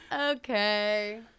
Okay